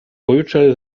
pojutrze